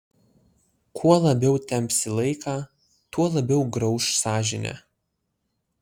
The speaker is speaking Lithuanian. kuo labiau tempsi laiką tuo labiau grauš sąžinė